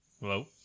Hello